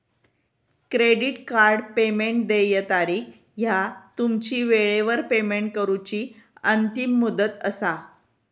credit card payment देय तारीख ह्या तुमची वेळेवर पेमेंट करूची अंतिम मुदत असा